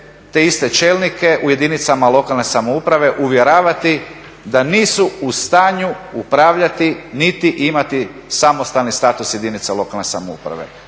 te iste čelnike u jedinicama lokalne samouprave uvjeravati da nisu u stanju upravljati niti imati samostalni status jedinica lokalne samouprave.